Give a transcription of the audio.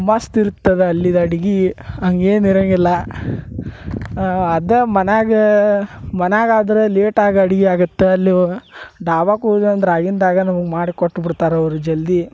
ಮಸ್ತ್ ಇರತ್ತದ ಅಲ್ಲಿದ ಅಡಿಗೆ ಹಂಗೇನು ಇರಂಗಿಲ್ಲ ಅದ ಮನ್ಯಾಗ ಮನ್ಯಾಗಾದ್ರ ಲೇಟಾಗ ಅಡ್ಗಿ ಆಗತ್ತೆ ಅಲ್ಲಿ ಡಾಬಾಕ್ ಹೋದ್ವಿ ಅಂದ್ರ ಆಗಿಂದಾಗ ನಮಗ ಮಾಡಿ ಕೊಟ್ಬಿಡ್ತಾರೆ ಅವರು ಜಲ್ದೀ